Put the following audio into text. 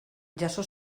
jaso